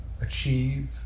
achieve